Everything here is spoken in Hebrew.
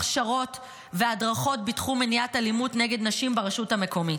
הכשרות והדרכות בתחום מניעת אלימות נגד נשים ברשות המקומית.